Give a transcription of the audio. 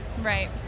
right